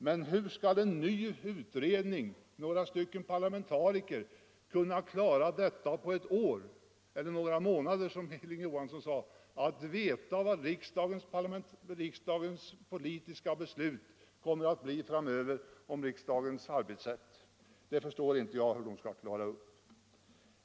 Men hur skall en ny utredning — några stycken parlamentariker — på ett år, eller några månader som herr Hilding Johansson sade, få klart för sig vad riksdagens politiska beslut om riksdagens arbetssätt kommer att bli framöver? Det förstår inte jag hur de skall klara upp.